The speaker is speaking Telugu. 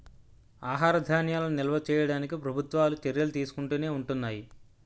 ఆహార ధాన్యాలను నిల్వ చేయడానికి ప్రభుత్వాలు చర్యలు తీసుకుంటునే ఉంటున్నాయి